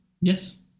Yes